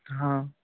ہاں